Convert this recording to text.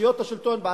אושיות השלטון בעצמן.